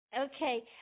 Okay